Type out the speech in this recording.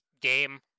game